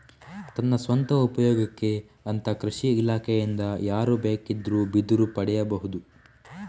ತನ್ನ ಸ್ವಂತ ಉಪಯೋಗಕ್ಕೆ ಅಂತ ಕೃಷಿ ಇಲಾಖೆಯಿಂದ ಯಾರು ಬೇಕಿದ್ರೂ ಬಿದಿರು ಪಡೀಬಹುದು